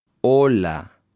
Hola